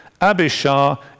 Abishar